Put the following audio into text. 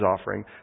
offering